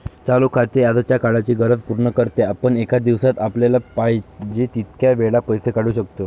चालू खाते आजच्या काळाची गरज पूर्ण करते, आपण एका दिवसात आपल्याला पाहिजे तितक्या वेळा पैसे काढू शकतो